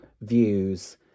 views